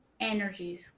Energies